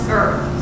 earth